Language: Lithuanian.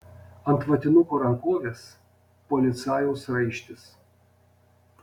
ant vatinuko rankovės policajaus raištis